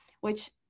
which-